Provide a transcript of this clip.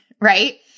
right